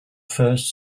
first